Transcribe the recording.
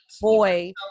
Boy